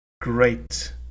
great